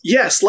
Yes